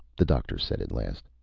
the doctor said at last.